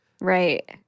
Right